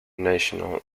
national